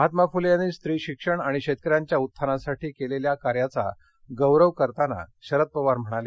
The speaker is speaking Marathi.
महात्मा फुले यांनी स्त्री शिक्षण आणि शेतकऱ्यांच्या उत्थानासाठी केलेल्या कार्याचा गौरव करताना शरद पवार म्हणाले